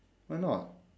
why not